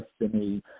destiny